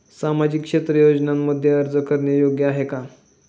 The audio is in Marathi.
सामाजिक क्षेत्र योजनांमध्ये अर्ज करणे योग्य आहे का?